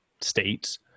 states